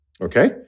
okay